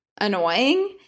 annoying